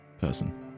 person